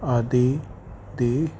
ਆਦੀ ਦੀ